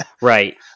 Right